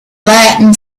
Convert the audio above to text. latin